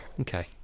Okay